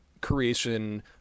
creation